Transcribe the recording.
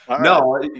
no